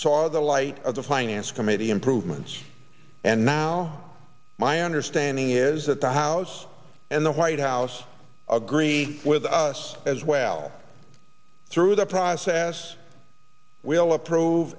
saw the light of the finance committee improvements and now my understanding is that the house and the white house agree with us as well through the process will approve